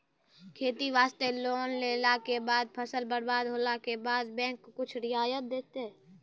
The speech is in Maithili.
खेती वास्ते लोन लेला के बाद फसल बर्बाद होला के बाद बैंक कुछ रियायत देतै?